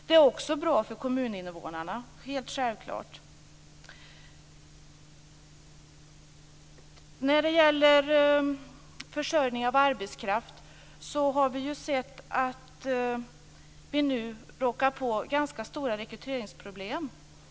Det är självklart också något som är bra för kommuninvånarna. När det gäller försörjningen med arbetskraft har vi ju råkat ut för ganska stora rekryteringsproblem.